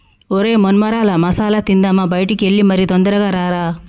ఒరై మొన్మరాల మసాల తిందామా బయటికి ఎల్లి మరి తొందరగా రారా